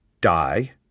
die